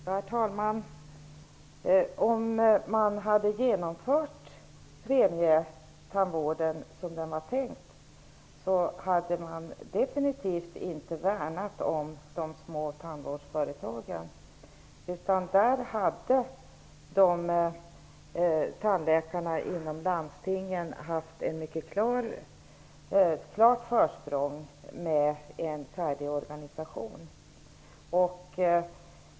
Herr talman! Om man hade genomfört premietandvården som den var tänkt hade man definitivt inte värnat om de små tandvårdsföretagen. Då hade tandläkarna inom landstingen haft ett mycket klart försprång genom en färdig organisation.